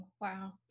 wow